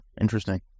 interesting